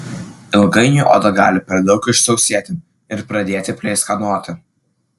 ilgainiui oda gali per daug išsausėti ir pradėti pleiskanoti